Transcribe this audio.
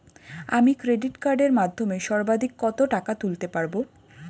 আমি ক্রেডিট কার্ডের মাধ্যমে সর্বাধিক কত টাকা তুলতে পারব?